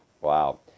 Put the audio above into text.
Wow